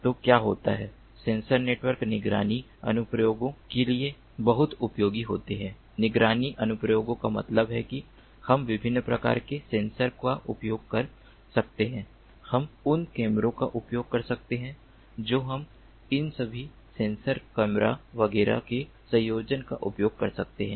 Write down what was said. तो क्या होता है सेंसर नेटवर्क निगरानी अनुप्रयोगों के लिए बहुत उपयोगी होते हैं निगरानी अनुप्रयोगों का मतलब है कि हम विभिन्न प्रकार के सेंसर का उपयोग कर सकते हैं हम उन कैमरों का उपयोग कर सकते हैं जो हम इन सभी सेंसर कैमरों वगैरह के संयोजन का उपयोग कर सकते हैं